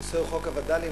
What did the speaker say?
הנושא הוא חוק הווד"לים,